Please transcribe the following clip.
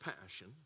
passion